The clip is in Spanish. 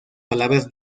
palabras